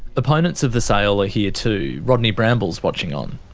opponents of the sale are here too. rodney bramble's watching on.